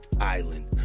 island